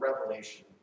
revelation